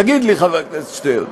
תגיד לי, חבר הכנסת שטרן,